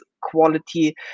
quality